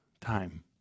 time